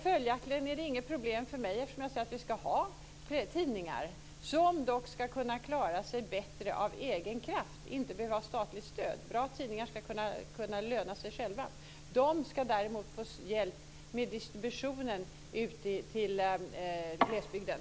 Följaktligen är det inget problem för mig, eftersom jag säger att vi ska ha tidningar som dock ska kunna klara sig bättre av egen kraft och inte behöva ha statligt stöd. Bra tidningar ska kunna löna sig själva. De ska däremot få hjälp med distributionen ut till glesbygden.